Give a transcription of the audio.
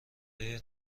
های